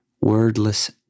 wordless